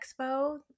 Expo